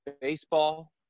baseball